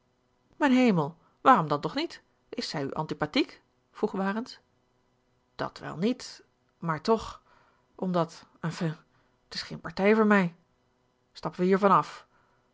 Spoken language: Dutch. mijn hemel waarom dan toch niet is zij u antipathiek vroeg warens dat wel niet maar toch omdat enfin t is geene partij voor mij stappen wij hiervan af